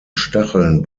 stacheln